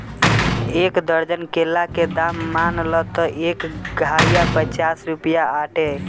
एक दर्जन केला के दाम मान ल त एह घारिया पचास रुपइआ बाटे